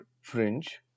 fringe